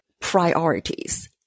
priorities